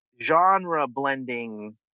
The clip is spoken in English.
genre-blending